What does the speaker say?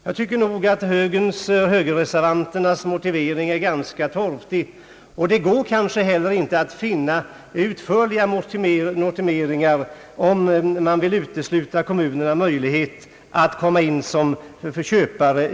Jag tycker nog att högerreservanternas motivering är ganska torftig, men det går kanske inte att finna utförliga motiveringar om man vill hindra kommunerna från möjligheten till förköp.